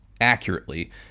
accurately